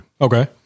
Okay